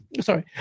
Sorry